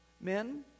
men